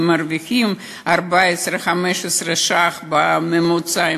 הם מרוויחים 15-14 אלף ש"ח בממוצע,